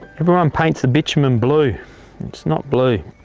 everyone um paints the bitchumen blue it's not blue.